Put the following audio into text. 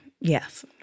Yes